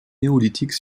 néolithique